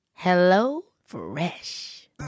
HelloFresh